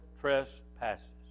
trespasses